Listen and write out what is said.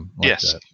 Yes